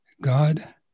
God